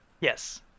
Yes